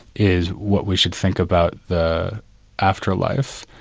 is what we should think about the afterlife,